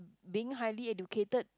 being highly educated